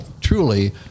truly